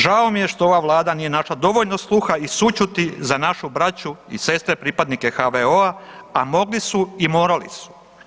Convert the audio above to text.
Žao mi je što ova vlada nije našla dovoljno sluha i sućuti za našu braću i sestre pripadnike HVO-a, a mogli su i morali su.